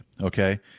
okay